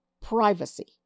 privacy